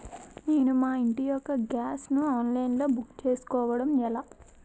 నేను మా ఇంటి యెక్క గ్యాస్ ను ఆన్లైన్ లో బుక్ చేసుకోవడం ఎలా?